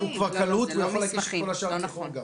הוא כבר קלוט והוא יכול להגיש את כל השאר אחרי גם.